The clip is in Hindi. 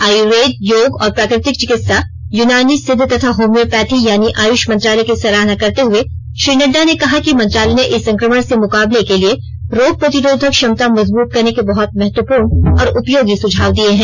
आयुर्वेद योग और प्राकृतिक चिकित्सा यूनानी सिद्ध तथा होम्योपैथी यानी आयुष मंत्रालय की सराहना करते हुए श्री नड्डा ने कहा कि मंत्रालय ने इस संक्रमण से मुकाबले के लिए रोग प्रतिरोधक क्षमता मजबूत करने के बहुत महत्वपूर्ण और उपयोगी सुझाव दिए हैं